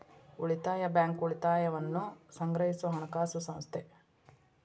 ಉಳಿತಾಯ ಬ್ಯಾಂಕ್, ಉಳಿತಾಯವನ್ನ ಸಂಗ್ರಹಿಸೊ ಹಣಕಾಸು ಸಂಸ್ಥೆ